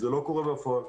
זה לא קורה בפועל.